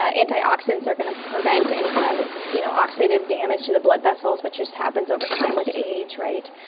ah antioxidants are going to prevent any kind of you know oxidative damage to the blood vessels, which just happens over time with age, right.